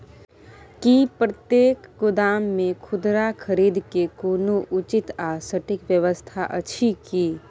की प्रतेक गोदाम मे खुदरा खरीद के कोनो उचित आ सटिक व्यवस्था अछि की?